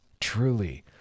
truly